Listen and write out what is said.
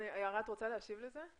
יערה, את רוצה להשיב לזה?